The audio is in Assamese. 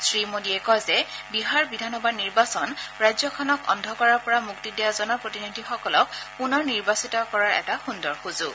শ্ৰীমোদীয়ে কয় যে বিহাৰ বিধানসভাৰ নিৰ্বাচন ৰাজ্যখনক অন্ধকাৰৰ পৰা মুক্তি দিয়া জনপ্ৰতিনিধিসকলক পুনৰ নিৰ্বাচিত কৰা এটা সুন্দৰ সূযোগ